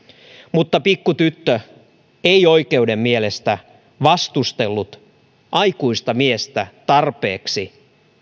mutta pikkutyttö ei oikeuden mielestä vastustellut aikuista miestä tarpeeksi